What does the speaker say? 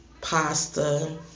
pasta